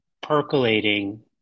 percolating